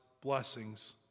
blessings